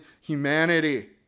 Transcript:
humanity